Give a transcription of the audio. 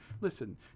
listen